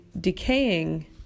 decaying